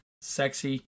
sexy